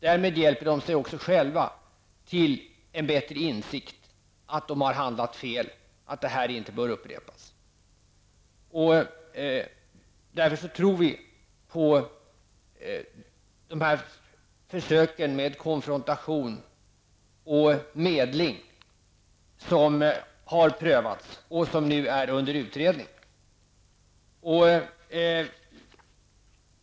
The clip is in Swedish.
Därmed hjälper de också sig själva till en bättre insikt om att de har handlat fel, att det som skett inte bör upprepas. Därför tror vi på konfrontation och medling, som har prövats och nu är under utredning.